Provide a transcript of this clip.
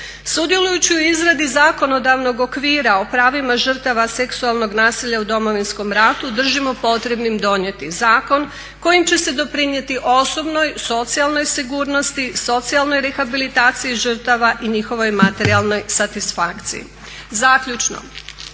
Sudjelujući u izradi zakonodavnog okvira o pravima žrtava seksualnog nasilja u Domovinskom ratu držimo potrebnim donijeti zakon kojim će se doprinijeti osobnoj, socijalnoj sigurnosti, socijalnoj rehabilitaciji žrtava i njihovoj materijalnoj satisfakciji. Zaključno.